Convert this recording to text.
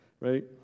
right